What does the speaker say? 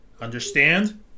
Understand